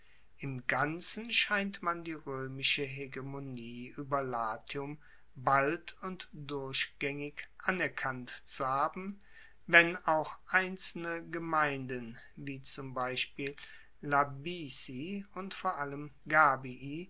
im ganzen scheint man die roemische hegemonie ueber latium bald und durchgaengig anerkannt zu haben wenn auch einzelne gemeinden wie zum beispiel labici und vor allem gabii